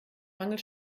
mangel